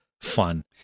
fun